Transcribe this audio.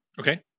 okay